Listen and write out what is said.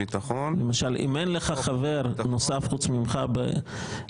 למשל אם אין לך חבר נוסף חוץ ממך בכספים,